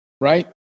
right